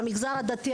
במגזר הדתי,